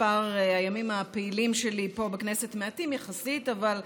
מספר הימים הפעילים שלי פה בכנסת מועט יחסית, אבל,